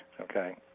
okay